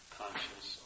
conscious